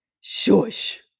Shush